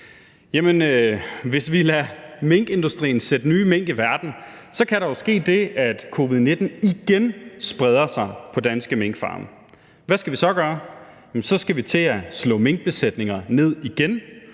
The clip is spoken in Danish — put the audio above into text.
Hvis vi lader minkindustrien sætte nye mink i verden, så kan der jo ske det, at covid-19 igen spreder sig på danske minkfarme. Hvad skal vi så gøre? Så skal vi til at slå minkbesætninger ned igen,